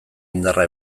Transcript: indarra